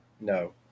No